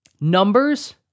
Numbers